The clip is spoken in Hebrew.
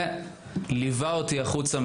והוא ליווה אותי החוצה.